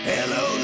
Hello